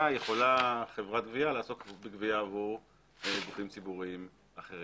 יכולה חברת גבייה לעשות גבייה עבור גופים ציבוריים אחרים.